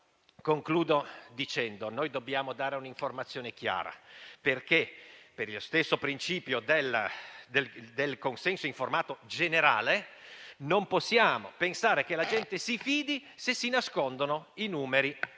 Concludo dicendo che dobbiamo dare un'informazione chiara, perché, per lo stesso principio del consenso informato generale, non possiamo pensare che la gente si fidi, se si nascondono i numeri